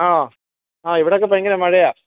ആ ആ ഇവിടെയൊക്കെ ഭയങ്കര മഴയാ